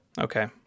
Okay